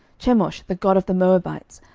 chemosh the god of the moabites,